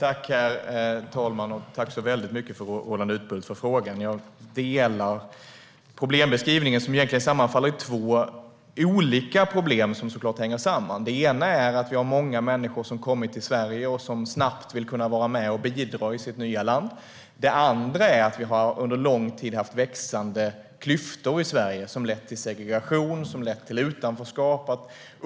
Herr talman! Jag tackar Roland Utbult för frågan. Jag delar problembeskrivningen, som egentligen består av två olika problem som hänger samman. Det ena är att många människor har kommit till Sverige och snabbt vill kunna vara med och bidra i sitt nya land. Det andra är att vi under lång tid har haft växande klyftor i Sverige som lett till segregation och utanförskap.